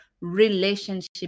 Relationship